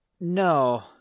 No